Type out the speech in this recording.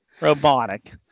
Robotic